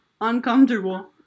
uncomfortable